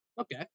okay